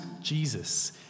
Jesus